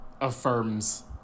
affirms